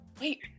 wait